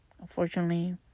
unfortunately